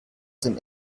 dem